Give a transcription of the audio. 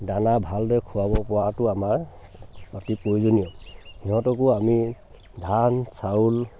দানা ভালদৰে খোৱাব পৰাটো আমাৰ অতি প্ৰয়োজনীয় সিহঁতকো আমি ধান চাউল